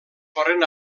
foren